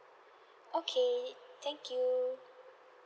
okay thank you